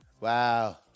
wow